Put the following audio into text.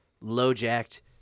low-jacked